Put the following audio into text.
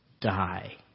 die